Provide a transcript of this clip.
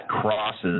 crosses